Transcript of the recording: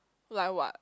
like what